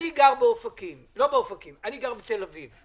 אני גר בתל אביב.